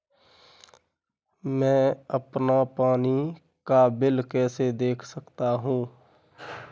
मैं अपना पानी का बिल कैसे देख सकता हूँ?